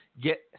get